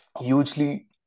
hugely